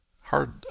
hard